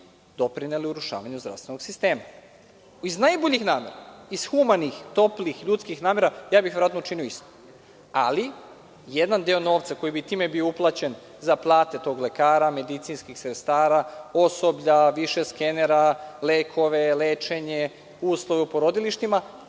doprineli urušavanju zdravstvenog sistema. Iz najboljih namera, iz humanih, toplih, ljudskih namera, ja bih verovatno učino isto. Ali, jedan deo novca koji bi time bio uplaćen za plate tog lekara, medicinskih sestara, osoblja, više skenera, lekova, lečenja, uslove u porodilištima,